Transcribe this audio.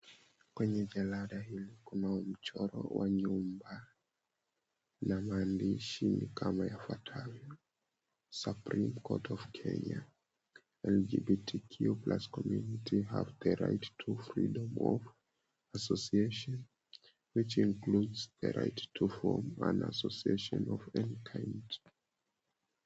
Kwenye jalada hili kunao mchoro wa nyumba na maandishi ni kama yafuatayo, "Supreme court of Kenya LGBTQ plus community have the right to freedom of association which includes the right to form an association of any kind" .